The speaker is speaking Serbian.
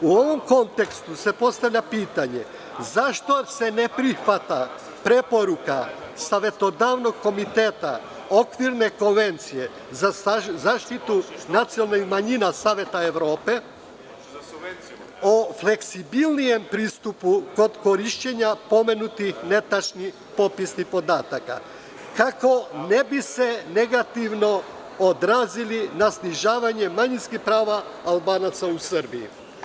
U ovom kontekstu se postavlja pitanje zašto se ne prihvata preporuka Savetodavnog komiteta Okvirne konvencije za zaštitu nacionalnih manjina Saveta Evrope o fleksibilnijem pristupu kod korišćenja pomenutih netačnih popisnih podataka, kako se ne bi negativno odrazili na snižavanje manjinskih prava Albanaca u Srbiji?